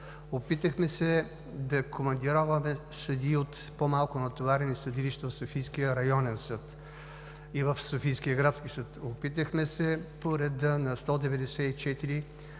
Опитахме се да командироваме съдии от по-малко натоварени съдилища в Софийския районен съд и в Софийския градски съд. Опитахме се по реда на чл.